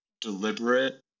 deliberate